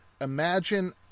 imagine